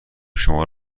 شما